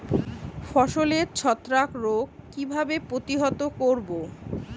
ফসলের ছত্রাক রোগ কিভাবে প্রতিহত করব?